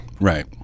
Right